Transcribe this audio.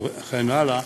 וכן הלאה,